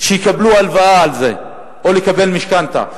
שיקבלו הלוואה על זה, או משכנתה.